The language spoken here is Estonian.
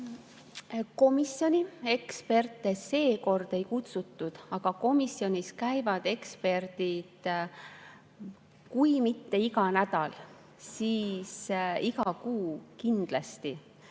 Komisjoni eksperte seekord ei kutsutud, aga komisjonis käivad eksperdid – kui mitte iga nädal, siis iga kuu kindlasti.